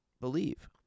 believe